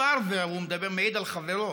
הוא מעיד על חברו,